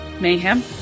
Mayhem